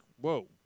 whoa